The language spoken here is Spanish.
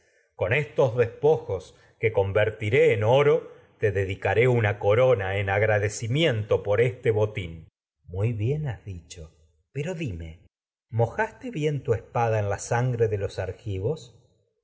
con estos despojos que corona en convertiré en te dedicaré una agradecimiento por este botín minerva muy bien has dicho pero dime mojaste bien tu espada en la sangre de los argivos